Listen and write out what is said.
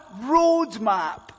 roadmap